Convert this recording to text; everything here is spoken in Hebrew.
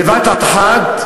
בבת-אחת,